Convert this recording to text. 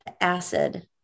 acid